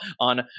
on